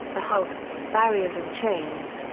the hulks, barriers and chains,